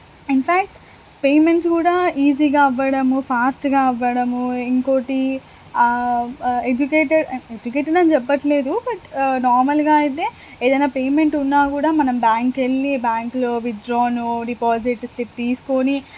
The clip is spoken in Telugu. ఇన్ఫ్యాక్ట్ పేమెంట్స్ కూడా ఈజీగా అవ్వడము ఫాస్ట్గా అవ్వడము ఇంకోటి ఎడ్యుకేటెడ్ ఎడ్యుకేటెడ్ అని చెప్పట్లేదు బట్ నార్మల్గా అయితే ఏదైనా పేమెంట్ ఉన్నా కూడా మనం బ్యాంకెళ్ళి బ్యాంకులో విత్డ్రానో డిపాజిట్ స్లిప్ తీసుకోని